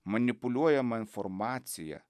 manipuliuojama informacija